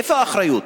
איפה האחריות?